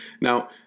Now